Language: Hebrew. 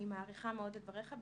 אני מעריכה מאוד את דבריך,